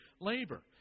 labor